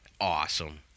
Awesome